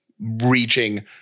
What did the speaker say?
reaching